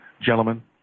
Gentlemen